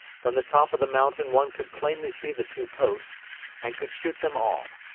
from the top of the mountain one could plainly see the two posts and could shoot them all.